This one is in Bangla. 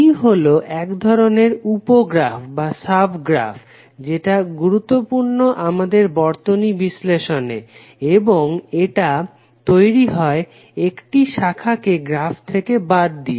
ট্রি হলো এক ধরনের উপ গ্রাফ যেটা গুরুত্বপূর্ণ আমাদের বর্তনী বিশ্লেষণে এবং এটা তৈরি হয় একটি শাখাকে গ্রাফ থেকে বাদ দিয়ে